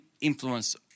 influence